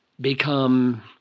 become